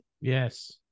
yes